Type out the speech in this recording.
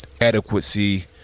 adequacy